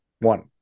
One